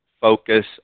focus